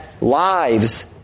lives